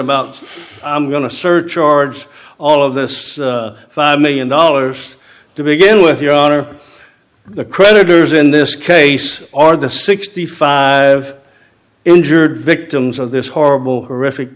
about i'm going to surcharge all of this five million dollars to begin with your honor the creditors in this case are the sixty five injured victims of this horrible horrific